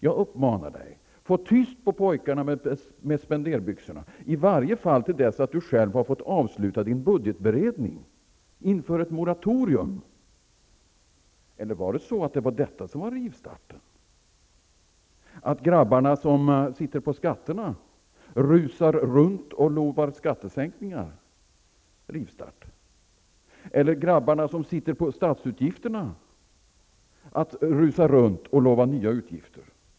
Jag uppmanar dig: Få tyst på pojkarna med spenderbyxorna, i varje fall till dess att du själv har fått avsluta din budgetberedning. Inför ett moratorium. Eller var det så att det var detta som var rivstarten, att grabbarna som sitter på skatterna rusar runt och lovar skattesänkningar eller att grabbarna som sitter på statsutgifterna rusar runt och lovar nya utgifter?